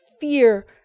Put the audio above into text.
fear